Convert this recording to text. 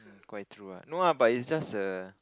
quite true ah no ah but it's just a